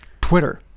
Twitter